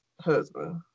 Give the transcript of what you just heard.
husband